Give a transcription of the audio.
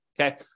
okay